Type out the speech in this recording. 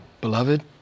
beloved